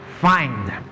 find